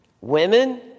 Women